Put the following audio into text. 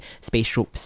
spatial